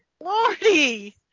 Lordy